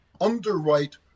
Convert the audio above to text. Underwrite